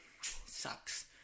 sucks